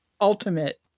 ultimate